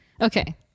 Okay